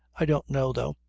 i don't know, though.